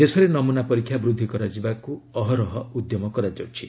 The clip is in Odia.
ଦେଶରେ ନମୁନା ପରୀକ୍ଷା ବୃଦ୍ଧି କରାଯିବାକୁ ଅହରହ ଉଦ୍ୟମ କରାଯାଉଛି